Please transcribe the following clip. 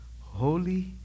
Holy